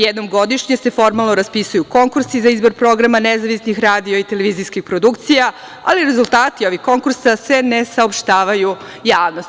Jednom godišnje se formalno raspisuju konkursi za izbor programa nezavisnih radio i televizijskih produkcija, ali rezultati ovih konkursa se ne saopštavaju javnosti.